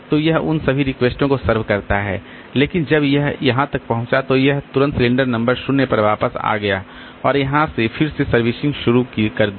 तो यह इन सभी रिक्वेस्ट को सर्व करता है लेकिन जब यह यहां तक पहुंचा तो यह तुरंत सिलेंडर नंबर 0 पर वापस आ गया और यहां से फिर से सर्विसिंग शुरू कर दी